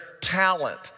talent